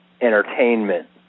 entertainment